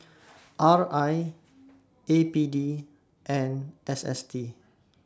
R I A P D and S S T